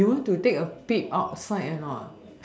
you want to take a peep outside or not